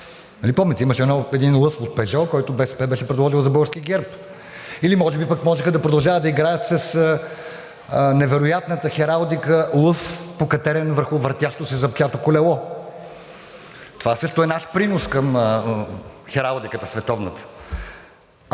помните, имаше един лъв от „Пежо“, който БСП беше предложил за български герб, или може би можеха да продължават да играят с невероятната хералдика – лъв, покатерен върху въртящо се зъбчато колело. Това също е наш принос към световната